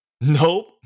nope